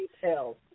details